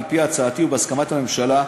על-פי הצעתי ובהסכמת הממשלה,